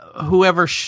whoever